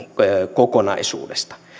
kokonaisuudesta